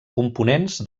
components